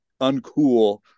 uncool